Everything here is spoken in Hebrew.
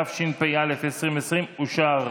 התשפ"א 2020, אושר.